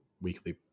weekly